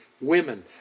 women